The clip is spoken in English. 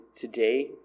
today